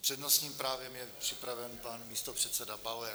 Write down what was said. S přednostním právem je připraven pan místopředseda Bauer.